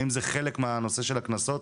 האם זה חלק מהנושא של הקנסות?